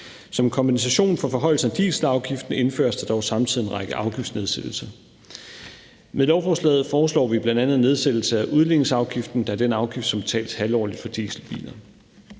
Som en kompensation for forhøjelsen af dieselafgiften indføres der dog samtidig en række afgiftsnedsættelser. Med lovforslaget foreslår vi bl.a. en nedsættelse af udligningsafgiften, der er den afgift, som betales halvårligt for dieselbiler.